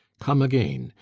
come again,